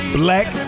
black